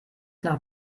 nach